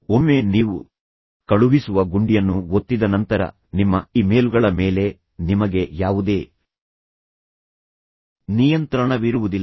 ಒಮ್ಮೆ ನೀವು ಕಳುಹಿಸುವ ಗುಂಡಿಯನ್ನು ಒತ್ತಿದ ನಂತರ ನಿಮ್ಮ ಇಮೇಲ್ಗಳ ಮೇಲೆ ನಿಮಗೆ ಯಾವುದೇ ನಿಯಂತ್ರಣವಿರುವುದಿಲ್ಲ